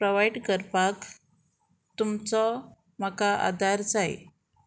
provide करपाक तुमचो म्हाका आदार जाय